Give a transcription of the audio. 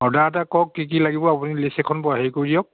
order এটা কওক কি কি লাগিব আপুনি লিষ্ট এখন হেৰি কৰি দিয়ক